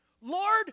Lord